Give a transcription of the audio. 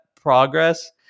progress